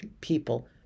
people